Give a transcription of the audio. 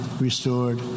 restored